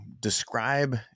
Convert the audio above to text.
Describe